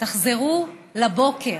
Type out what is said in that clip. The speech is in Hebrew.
תחזרו לבוקר.